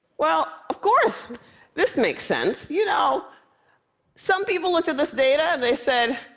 well, of course this makes sense. you know some people looked at this data and they said,